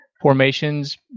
Formations